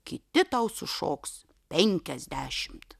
kiti tau sušoks penkiasdešimt